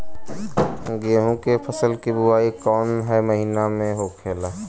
गेहूँ के फसल की बुवाई कौन हैं महीना में होखेला?